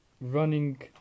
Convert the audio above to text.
running